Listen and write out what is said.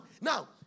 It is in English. Now